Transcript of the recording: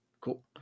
cool